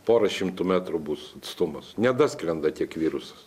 pora šimtų metrų bus atstumas nedaskrenda tiek virusas